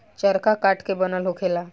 चरखा काठ के बनल होखेला